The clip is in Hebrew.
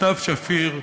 סתיו שפיר,